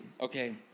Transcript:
Okay